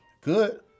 Good